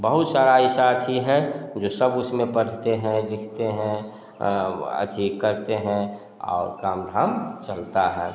बहुत सारा ऐसा थी हैं जो सब उस में पढ़ते हैं लिखते हैं वो जे करते हैं और काम धाम चलता है